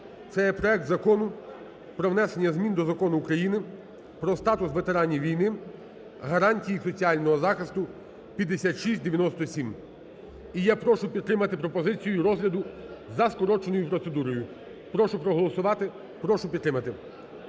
Це є проект Закону про внесення змін до Закону України "Про статус ветеранів війни, гарантії їх соціального захисту" (5697). І я прошу підтримати пропозицію розгляду за скороченою процедурою. Прошу проголосувати, прошу підтримати.